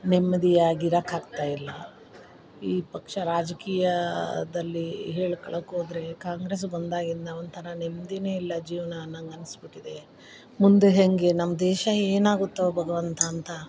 ನೆಮ್ದಿಯಾಗಿ ಇರೋಕಾಗ್ತಾಯಿಲ್ಲ ಈ ಪಕ್ಷ ರಾಜಕೀಯದಲ್ಲಿ ಹೇಳ್ಕೋಳಕೋದ್ರೆ ಕಾಂಗ್ರೆಸ್ ಬಂದಾಗಿಂದ ಒಂಥರ ನೆಮ್ದಿ ಇಲ್ಲ ಜೀವನ ಅನ್ನಂಗೆ ಅನಿಸ್ಬಿಟ್ಟಿದೆ ಮುಂದೆ ಹೆಂಗೆ ನಮ್ಮ ದೇಶ ಏನಾಗುತ್ತೋ ಭಗ್ವಂತ ಅಂತ